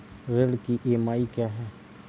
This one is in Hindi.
ऋण की ई.एम.आई क्या है?